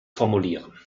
formulieren